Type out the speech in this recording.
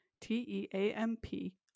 T-E-A-M-P